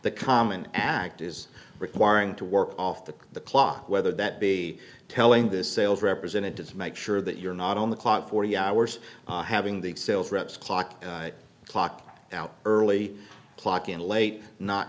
the common act is requiring to work off the the clock whether that be telling the sales representatives make sure that you're not on the clock forty hours having the sales reps clock clock out early clock in late not